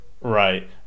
Right